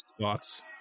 spots